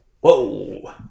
Whoa